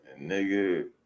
Nigga